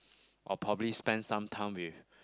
or probably spend some time with